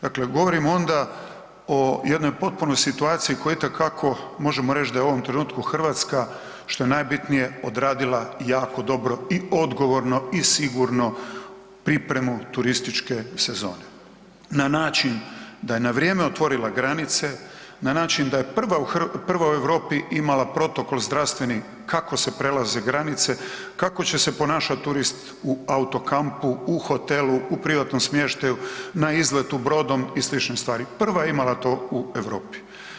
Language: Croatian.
Dakle govorimo onda o jednoj potpuno situaciji koji itekako možemo reći da je u ovom trenutku Hrvatska što je najbitnije odradila jako dobro i odgovorno i sigurno pripremu turističke sezone na način da je na vrijeme otvorila granice, na način da je prva u Europi imala protokol zdravstveni kako se prelaze granice, kako će se ponašati turist u autokampu, u hotelu, u privatnom smještaju, na izletu brodom i slične stvari, prva je imala to u Europi.